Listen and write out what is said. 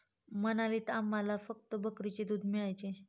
मनालीत आम्हाला फक्त बकरीचे दूध मिळायचे